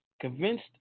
Convinced